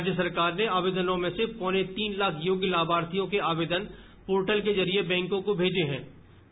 राज्य सरकार ने इनमें से पौने तीन लाख योग्य लाभार्थियों के आवेदन पोर्टल के जरिये बैंकों को भेजे थे